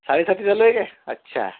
साडेसाती चालू आहे का अच्छा